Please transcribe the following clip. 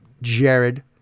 Jared